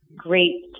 great